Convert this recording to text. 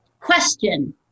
Question